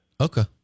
okay